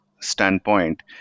standpoint